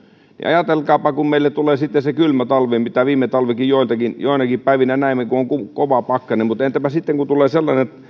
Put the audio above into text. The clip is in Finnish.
ajatelkaapa kun meille tulee sitten se kylmä talvi viime talvenakin joinakin joinakin päivinä näimme kun oli kova pakkanen mutta entäpä sitten kun tulee sellainen